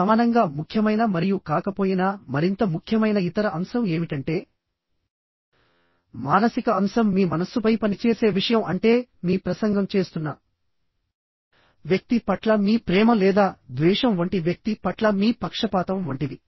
సమానంగా ముఖ్యమైన మరియు కాకపోయినా మరింత ముఖ్యమైన ఇతర అంశం ఏమిటంటే మానసిక అంశం మీ మనస్సుపై పని చేసే విషయం అంటే మీ ప్రసంగం చేస్తున్న వ్యక్తి పట్ల మీ ప్రేమ లేదా ద్వేషం వంటి వ్యక్తి పట్ల మీ పక్షపాతం వంటివి